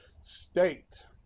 state